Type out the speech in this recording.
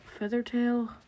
Feathertail